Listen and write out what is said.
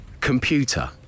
computer